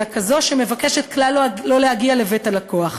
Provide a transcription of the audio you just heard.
אלא כזאת שמבקשת כלל לא להגיע לבית הלקוח.